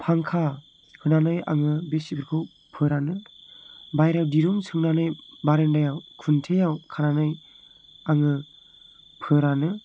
फांखा होनानै आङो बे सिफोरखौ फोरानो बाहेरायाव दिरुं सोंनानै बारान्दायाव खुन्थियायाव खानानै आङो फोरानो